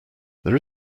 there